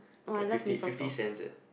like fifty fifty cents eh